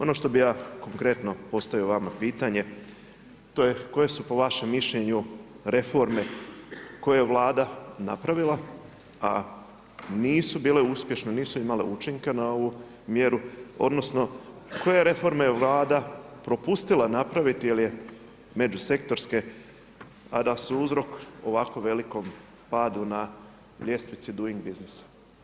Ono što bih ja konkretno postavio vama pitanje, to je koje su po vašem mišljenju reforme, koje Vlada napravila, a nisu bile uspješne, nisu imala učinka na ovu mjeru, odnosno, koje je reforma Vlada propustila napraviti, jer je međusektorske, a da su uzrok ovako velikom padu na ljestvici … biznisa.